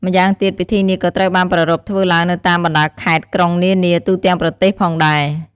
ម៉្យាងទៀតពិធីនេះក៏ត្រូវបានប្រារព្ធធ្វើឡើងនៅតាមបណ្ដាខេត្ត-ក្រុងនានាទូទាំងប្រទេសផងដែរ។